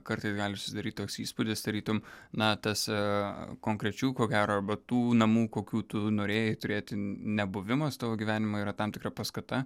kartais gali susidaryti toks įspūdis tarytum na tas konkrečių ko gero arba tų namų kokių tu norėjai turėti nebuvimas tavo gyvenime yra tam tikra paskata